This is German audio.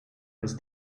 ist